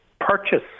purchase